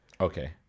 Okay